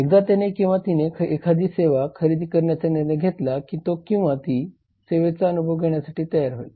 एकदा त्याने किंवा तिने एखादी सेवा खरेदी करण्याचा निर्णय घेतला की तो किंवा ती सेवेचा अनुभव घेण्यासाठी तयार होईल